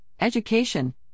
education